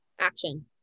action